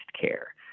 care